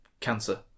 Cancer